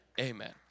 amen